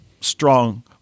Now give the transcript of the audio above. strong